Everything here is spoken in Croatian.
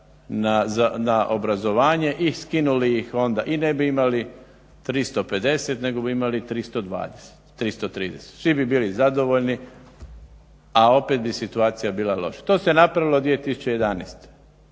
na obrazovanje i skinuli ih onda i ne bi imali 350 nego bi imali 320, 330. Svi bi bili zadovoljni, a opet bi situacija bila loša. To se napravilo 2011.